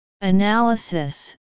Analysis